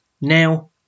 now